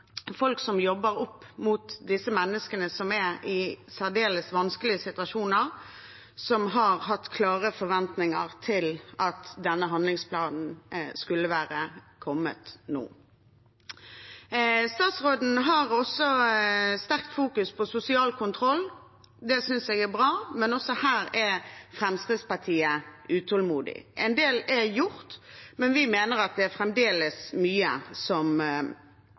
som jobber med disse menneskene som er i særdeles vanskelige situasjoner, og som har hatt klare forventninger til at denne handlingsplanen skulle ha kommet nå. Statsråden fokuserer også sterkt på sosial kontroll. Det synes jeg er bra, men også her er Fremskrittspartiet utålmodig. En del er gjort, men vi mener at det fremdeles er mye som